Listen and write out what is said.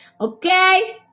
okay